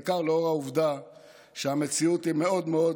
בעיקר לאור העובדה שהמציאות היא מאוד מאוד